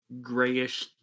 grayish